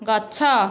ଗଛ